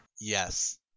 Yes